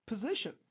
position